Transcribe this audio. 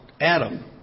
Adam